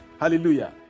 Hallelujah